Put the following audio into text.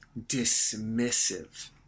dismissive